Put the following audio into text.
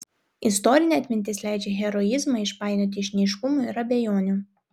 istorinė atmintis leidžia heroizmą išpainioti iš neaiškumų ir abejonių